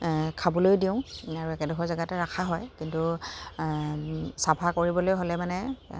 খাবলৈ দিওঁ আৰু একেডোখৰ জেগাতে ৰাখা হয় কিন্তু চাফা কৰিবলৈ হ'লে মানে